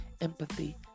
empathy